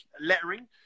lettering